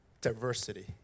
diversity